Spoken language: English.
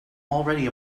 already